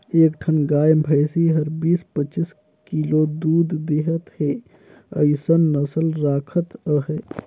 एक ठन गाय भइसी हर बीस, पचीस किलो दूद देहत हे अइसन नसल राखत अहे